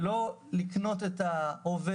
ולא למכור את ההווה